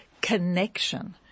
connection